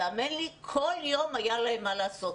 והאמן לי, כל יום היה להן מה לעשות.